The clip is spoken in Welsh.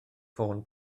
ffôn